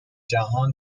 جهان